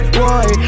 boy